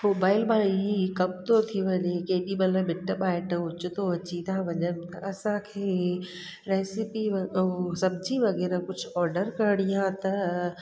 mobile मां ई कमु थो थी वञे केॾी महिल मिटु माइतु हुजे थो अची था वञनि असांखे रेसिपी ऐं सब्ज़ी वग़ैरह कुझु ऑडर करणी आहे त